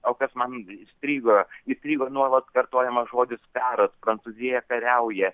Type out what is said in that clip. o kas man įstrigo įstrigo nuolat kartojamas žodis karas prancūzija kariauja